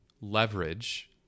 leverage